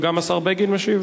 אבל גם כאן השר בגין משיב?